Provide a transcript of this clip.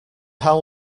how